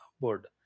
board